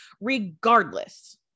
regardless